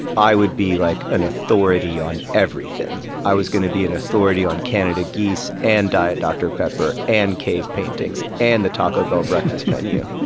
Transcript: i would be like an authority on everything. i was going to be an authority on canada geese and diet dr. pepper and cave paintings and the taco bell breakfast menu.